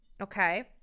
Okay